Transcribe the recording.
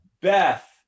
Beth